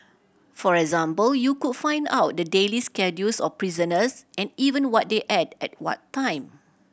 for example you could find out the daily schedules of prisoners and even what they ate at what time